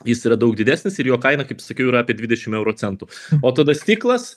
jis yra daug didesnis ir jo kaina kaip sakiau yra apie dvidešim euro centų o tada stiklas